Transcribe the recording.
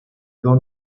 don